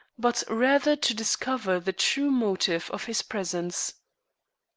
but rather to discover the true motive of his presence.